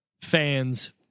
fans